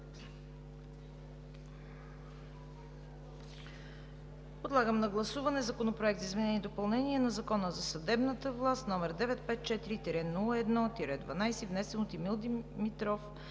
Подлагам на гласуване Законопроект за изменение и допълнение на Закона за съдебната власт, № 954-01-12, внесен от Емил Димитров